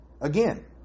again